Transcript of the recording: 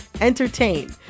entertain